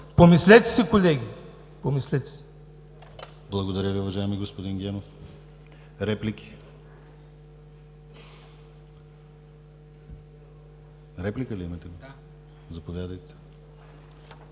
Помислете си, колеги! Помислете си!